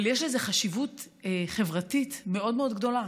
אבל יש חשיבות חברתית מאוד מאוד גדולה